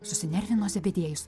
susinervino zebediejus